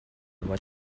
what